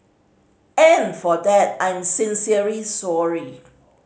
and for that I'm sincerely sorry